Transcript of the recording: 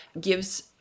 gives